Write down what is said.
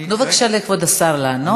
תנו בבקשה לכבוד השר לענות.